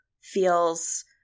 feels